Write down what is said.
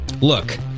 Look